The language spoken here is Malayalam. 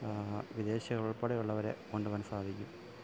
വിദേശികൾ ഉൾപ്പെടെ ഉള്ളവരെ കൊണ്ടുപോവാൻ സാധിക്കും